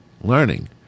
learning